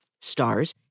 stars